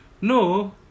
No